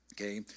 Okay